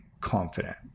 confident